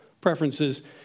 preferences